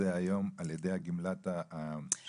מרכזי היום ע"י גמלת הקשיש.